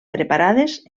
preparades